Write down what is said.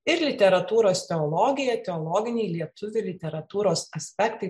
ir literatūros teologija teologiniai lietuvių literatūros aspektai